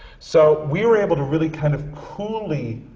so we were able to really kind of coolly,